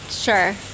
Sure